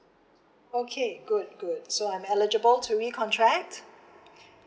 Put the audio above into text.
okay good good so I'm eligible to recontract